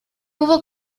hubo